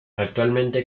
actualmente